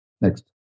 Next